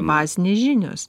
bazinės žinios